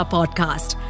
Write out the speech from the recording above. Podcast